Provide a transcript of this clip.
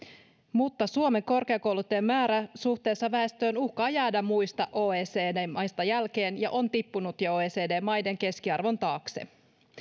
mutta suomen korkeakoulutettujen määrä suhteessa väestöön uhkaa jäädä muista oecd maista jälkeen ja on tippunut jo oecd maiden keskiarvon taakse